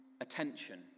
attention